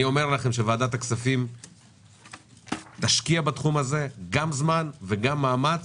אני אומר לכם שוועדת הכספים תשקיע בתחום הזה גם זמן וגם מאמץ.